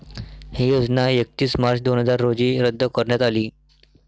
ही योजना एकतीस मार्च दोन हजार रोजी रद्द करण्यात आली